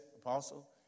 Apostle